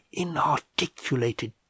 inarticulated